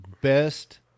Best